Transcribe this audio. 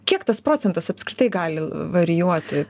kiek tas procentas apskritai gali varijuoti